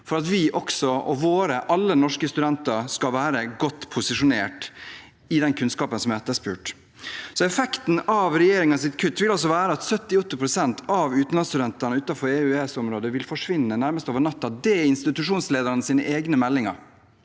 for at også vi, og alle norske studenter, skal være godt posisjonert for den kunnskapen som er etterspurt. Effekten av regjeringens kutt vil altså være at 70–80 pst. av utenlandsstudentene utenfor EØS-området vil forsvinne nærmest over natten. Det er institusjonsledernes egne meldinger.